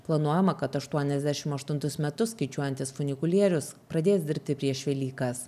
planuojama kad aštuoniasdešim aštuntus metus skaičiuojantis funikulierius pradės dirbti prieš velykas